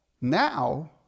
now